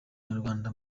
banyarwanda